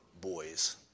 boys